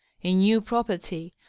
a new property,